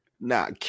Nah